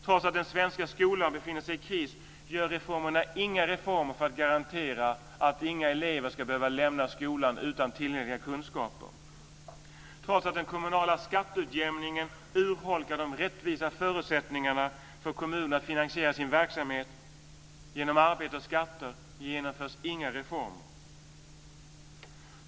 Trots att den svenska skolan befinner sig i kris, genomför regeringen inga reformer för att garantera att inga elever ska behöva lämna skolan utan tillräckliga kunskaper. Trots att den kommunala skatteutjämningen urholkar de rättvisa förutsättningarna för kommuner att finansiera sin verksamhet genom arbete och skatter genomförs inga reformer.